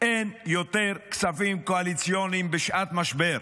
שאין יותר כספים קואליציוניים בשעת משבר,